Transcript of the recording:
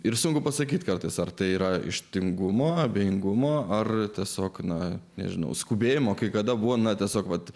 ir sunku pasakyti kartais ar tai yra iš tingumo abejingumo ar tiesiog na nežinau skubėjimo kai kada būna tiesiog vat